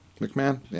McMahon